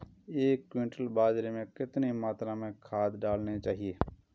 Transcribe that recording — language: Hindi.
एक क्विंटल बाजरे में कितनी मात्रा में खाद डालनी चाहिए?